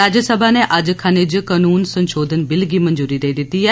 राज्यसभा नै अज्ज खनिज कानून संधोशन बिल गी मंजूरी देई दित्ती ऐ